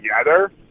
together